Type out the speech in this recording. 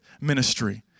Ministry